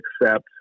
accept